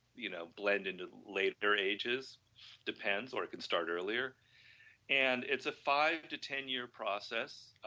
you know, blend into later ages depends or can start earlier and it's a five to ten year process,